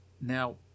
Now